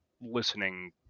listening